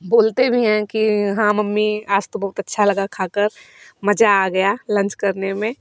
बोलते भी हैं कि हाँ मम्मी आज तो बहुत अच्छा लगा खाकर मज़ा आ गया लंच करने में